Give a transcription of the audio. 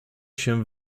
się